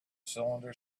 cylinder